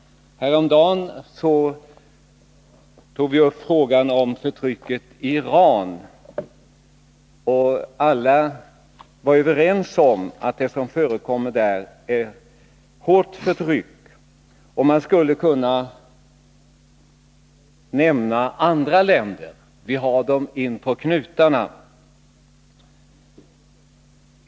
Häromdagen tog vi upp frågan om förtrycket i Iran. Alla var överens om att det där förekommer ett hårt förtryck. Man skulle även kunna nämna andra länder, som vi har in på knutarna.